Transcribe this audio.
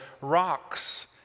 rocks